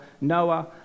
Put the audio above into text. Noah